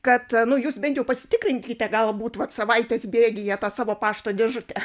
kad nu jūs bent jau pasitikrinkite galbūt vat savaitės bėgyje tą savo pašto dėžutę